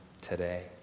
today